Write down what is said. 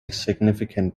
significant